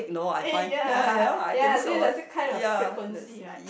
eh ya ya kind of frequency right